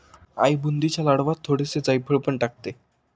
आई बुंदीच्या लाडवांत थोडेसे जायफळ पण टाकते